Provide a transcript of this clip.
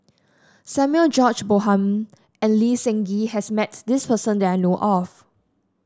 Samuel George Bonham and Lee Seng Gee has met this person that I know of